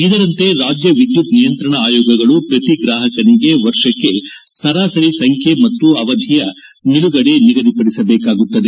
ಇದರಂತೆ ರಾಜ್ಯ ವಿದ್ಯುತ್ ನಿಯಂತ್ರಣ ಆಯೋಗಗಳು ಪ್ರತಿ ಗ್ರಾಹಕನಿಗೆ ವರ್ಷಕ್ಕೆ ಸರಾಸರಿ ಸಂಖ್ಯೆ ಮತ್ತು ಅವಧಿಯ ನಿಲುಗಡೆ ನಿಗದಿಪಡಿಸಬೇಕಾಗುತ್ತದೆ